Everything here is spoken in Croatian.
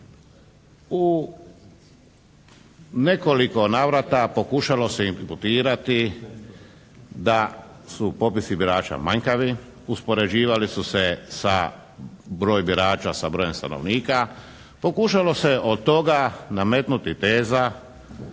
u nekoliko navrata pokušalo se imputirati da su popisi birača manjkavi. Uspoređivali su se sa broj birača sa brojem stanovnika, pokušalo se od toga nametnuti teza